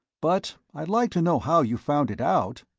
but i'd like to know how you found it out.